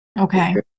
okay